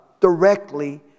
directly